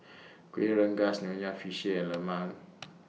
Kueh Rengas Nonya Fish Head and Lemang